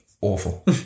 Awful